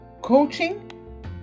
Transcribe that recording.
coaching